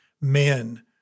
men